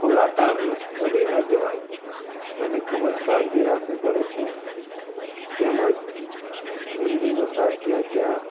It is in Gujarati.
ખુલ્લા તારને અડી ન જવાય એની ખૂબ જ કાળજી રાખવી પડે છે તેમજ વીજળીનો તાર જ્યાં જ્યાં